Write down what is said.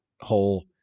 whole